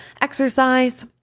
exercise